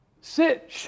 sit